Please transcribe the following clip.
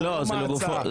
לא מה ההצעה.